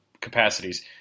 capacities